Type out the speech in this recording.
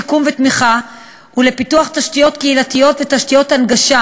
שיקום ותמיכה ולפיתוח תשתיות קהילתיות ותשתיות הנגשה,